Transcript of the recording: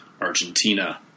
Argentina